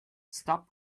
stop